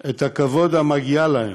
את הכבוד המגיע להם,